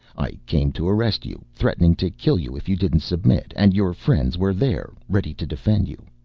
i came to arrest you, threatening to kill you if you didn't submit, and your friends were there ready to defend you.